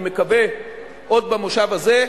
אני מקווה עוד במושב הזה,